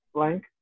Blank